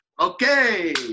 Okay